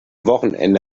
wochenende